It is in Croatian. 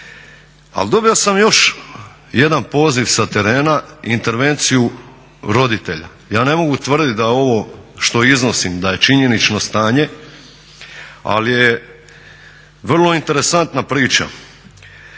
Ali dobio sam još jedan poziv sa terena, intervenciju roditelja. Ja ne mogu tvrditi da ovo što iznosim da je činjenično stanje, ali je vrlo interesantna priča.